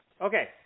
Okay